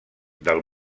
del